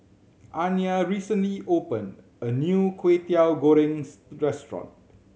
Anya recently opened a new Kwetiau Goreng restaurant